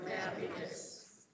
happiness